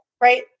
right